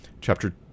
chapter